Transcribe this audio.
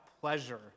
pleasure